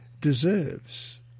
deserves